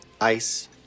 ice